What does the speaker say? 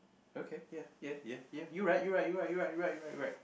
ya okay ya ya ya you right you right you right you right you right you right